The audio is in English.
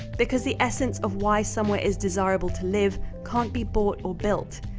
because the essence of why somewhere is desirable to live can't be bought or built.